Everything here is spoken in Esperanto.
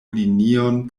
linion